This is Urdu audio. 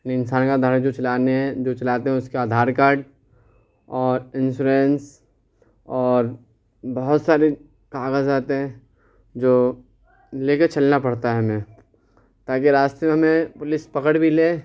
یعنی انسان کا ادھار جو چلانے ہیں جو چلاتے ہیں اس کا ادھار کارڈ اور انشورنس اور بہت سارے کاغذ آتے ہیں جو لے کے چلنا پڑتا ہے ہمیں تاکہ راستے میں ہمیں پولیس پکڑ بھی لے